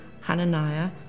Hananiah